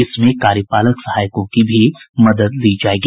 इसमें कार्यपालक सहायकों की भी मदद ली जायेगी